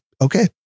Okay